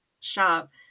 shop